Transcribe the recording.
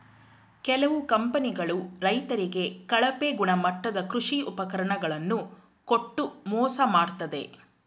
ಕೆಲವು ಕಂಪನಿಗಳು ರೈತರಿಗೆ ಕಳಪೆ ಗುಣಮಟ್ಟದ ಕೃಷಿ ಉಪಕರಣ ಗಳನ್ನು ಕೊಟ್ಟು ಮೋಸ ಮಾಡತ್ತದೆ